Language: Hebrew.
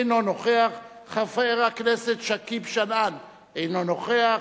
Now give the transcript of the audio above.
אינו נוכח, חבר הכנסת שכיב שנאן, אינו נוכח.